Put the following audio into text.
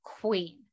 queen